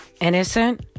innocent